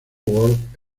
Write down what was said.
worth